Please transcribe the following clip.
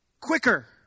Quicker